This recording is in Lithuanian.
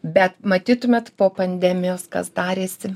bet matytumėt po pandemijos kas darėsi